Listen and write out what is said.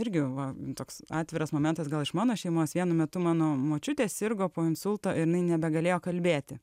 irgi va toks atviras momentas gal iš mano šeimos vienu metu mano močiutė sirgo po insulto jinai nebegalėjo kalbėti